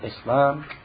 Islam